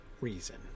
reason